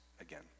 again